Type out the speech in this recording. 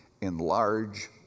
Enlarge